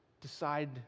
decide